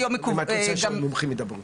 אם את רוצה שהמומחים ידברו.